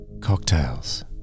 Cocktails